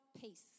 peace